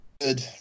good